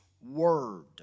word